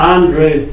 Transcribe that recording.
Andrew